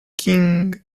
king